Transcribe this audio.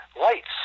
lights